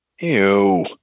Ew